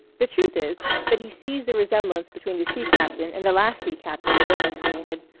the truth is that he sees the resemblance between the sea captain and the last sea captain dana created,